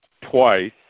twice